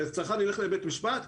שהצרכן ילך לבית המשפט?